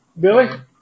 Billy